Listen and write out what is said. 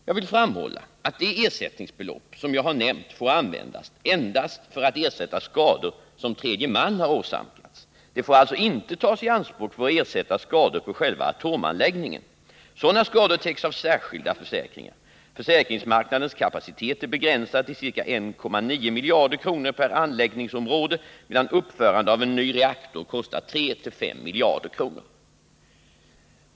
Jag vill framhålla att de ersättningsbelopp som jag har nämnt får användas endast för att ersätta skador som tredje man har åsamkats. De får alltså inte tas i anspråk för att ersätta skador på själva atomanläggningen. Sådana skador täcks av särskilda försäkringar. Försäkringsmarknadens kapacitet är begränsad till ca 1,9 miljarder kronor per anläggningsområde, medan uppförande av en ny reaktor kostar 3-5 miljarder kronor.